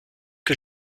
que